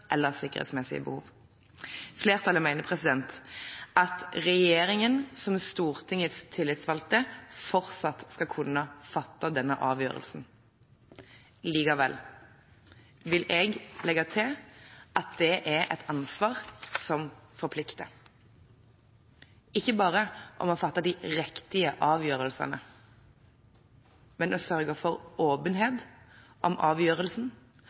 eller sikkerhetspolitiske behov.» Flertallet mener at regjeringen, som Stortingets tillitsvalgte, fortsatt skal kunne fatte denne avgjørelsen. Likevel vil jeg legge til at det er et ansvar som forplikter, ikke bare til å fatte de riktige avgjørelsene, men til å sørge for åpenhet om avgjørelsen